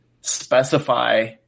specify –